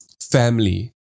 family